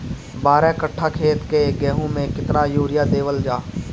बारह कट्ठा खेत के गेहूं में केतना यूरिया देवल जा?